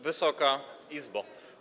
Wysoka Izbo!